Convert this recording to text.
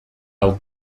hau